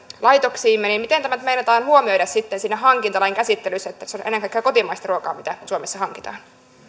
laitoksiimme miten nyt meinataan huomioida sitten siinä hankintalain käsittelyssä se että se on ennen kaikkea kotimaista ruokaa mitä suomessa hankitaan